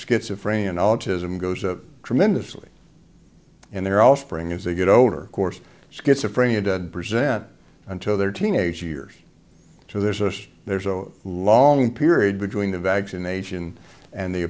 schizophrenia and autism goes up tremendously and they're offering as they get older course schizophrenia to present until their teenage years so there's a there's a long period between the vaccination and the